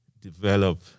develop